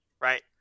right